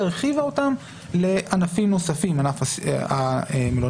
והרחיבה אותם לענפים נוספים: ענף המלונאות,